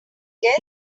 this